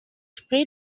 spree